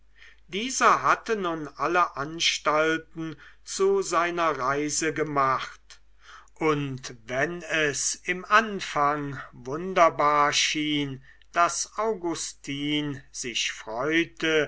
dieser hatte nun alle anstalten zu seiner reise gemacht und wenn es im anfang wunderbar schien daß augustin sich freute